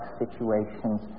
situations